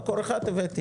מקור אחד הבאתי,